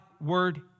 word